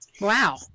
Wow